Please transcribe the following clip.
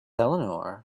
eleanor